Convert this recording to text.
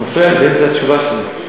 אתה מפריע באמצע התשובה שלי.